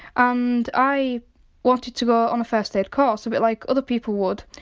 and i wanted to go on a first aid course, a bit like other people would,